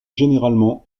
généralement